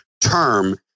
term